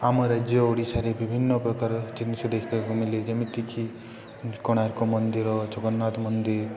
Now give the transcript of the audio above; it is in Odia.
ଆମ ରାଜ୍ୟ ଓଡ଼ିଶାରେ ବିଭିନ୍ନ ପ୍ରକାର ଜିନିଷ ଦେଖିବାକୁ ମିିଳେ ଯେମିତିକି କୋଣାର୍କ ମନ୍ଦିର ଜଗନ୍ନାଥ ମନ୍ଦିର